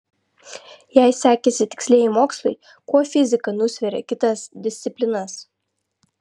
jei sekėsi tikslieji mokslai kuo fizika nusvėrė kitas disciplinas